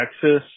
Texas